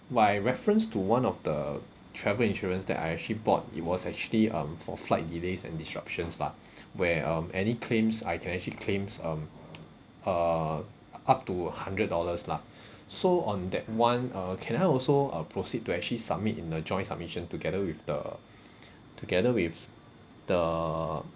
my reference to one of the travel insurance that I actually bought it was actually um for flight delays and disruptions lah where um any claims I can actually claims um uh up to hundred dollars lah so on that one uh can I also uh proceed to actually submit in a joint submission together with the together with the